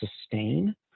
sustain